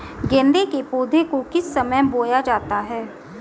गेंदे के पौधे को किस समय बोया जाता है?